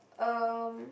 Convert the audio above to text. um